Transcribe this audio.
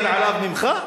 הממשלה.